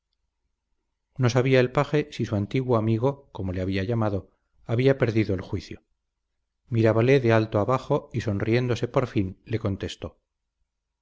no sabía el paje si su antiguo amigo como le había llamado había perdido el juicio mirábale de alto abajo y sonriéndose por fin le contestó